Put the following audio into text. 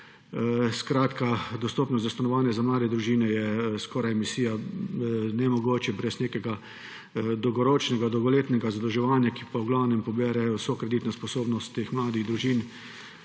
Skratka, dostopnost do stanovanja za mlade družine je skoraj misija nemogoče brez nekega dolgoročnega, dolgoletnega zadolževanja, ki pa v glavnem pobere vso kreditno sposobnost teh mladih družin